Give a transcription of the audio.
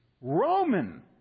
Roman